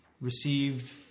received